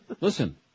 Listen